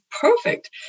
perfect